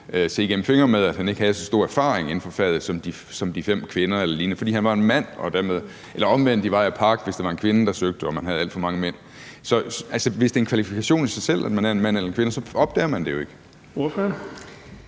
se igennem fingre med, at han ikke havde så stor erfaring inden for faget som de fem kvinder, fordi han var en mand, eller omvendt i vej og park, hvis det var en kvinde, der søgte, og man havde alt for mange mænd. Så altså, i de tilfælde, hvor det er en kvalifikation i sig selv, at vedkommende er en mand eller en kvinde, opdager man det jo ikke.